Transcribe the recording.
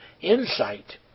insight